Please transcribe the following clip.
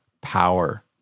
power